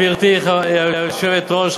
גברתי היושבת-ראש,